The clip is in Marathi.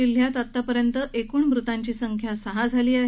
जिल्ह्यात आतापर्यंत एकूण मृतांची संख्या सहा झाली आहे